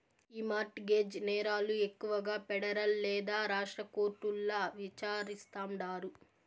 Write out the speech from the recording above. ఈ mortgage నేరాలు ఎక్కువగా పెడరల్ లేదా రాష్ట్ర కోర్టుల్ల విచారిస్తాండారు